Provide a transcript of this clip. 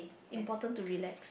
important to relax